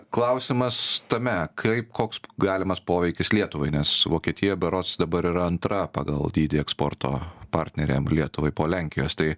klausimas tame kaip koks galimas poveikis lietuvai nes vokietija berods dabar yra antra pagal dydį eksporto partnerė lietuvai po lenkijos tai